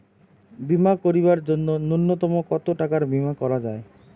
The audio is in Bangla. বীমা করিবার জন্য নূন্যতম কতো টাকার বীমা করা যায়?